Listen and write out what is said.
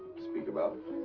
speak about? oh,